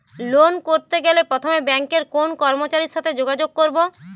Loan করতে গেলে প্রথমে ব্যাঙ্কের কোন কর্মচারীর সাথে যোগাযোগ করব?